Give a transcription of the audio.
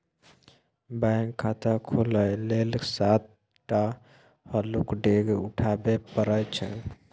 bank खाता खोलय लेल सात टा हल्लुक डेग उठाबे परय छै